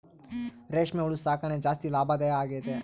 ರೇಷ್ಮೆ ಹುಳು ಸಾಕಣೆ ಜಾಸ್ತಿ ಲಾಭದಾಯ ಆಗೈತೆ